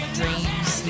dreams